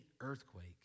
earthquake